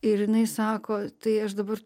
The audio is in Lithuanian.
ir jinai sako tai aš dabar